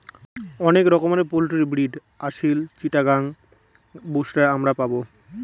অনেক রকমের poultry breed Aseel, Chittagong, বুশরা আমরা পাবো